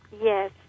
Yes